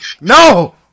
no